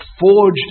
forged